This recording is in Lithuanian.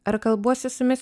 ar kalbuosi su jumis